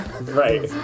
Right